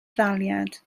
daliad